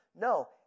No